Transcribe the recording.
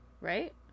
Right